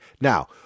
Now